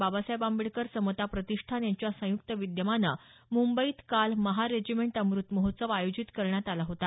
बाबासाहेब आंबेडकर समता प्रतिष्ठान यांच्या संयुक्त विद्यमानं मुंबईत काल महार रेजिमेंट अमृत महोत्सव आयोजित करण्यात आला होता